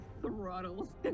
throttles